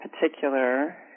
particular